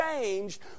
changed